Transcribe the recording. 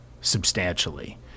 substantially